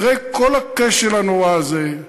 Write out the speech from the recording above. אחרי כל הכשל הנורא הזה,